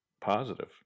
positive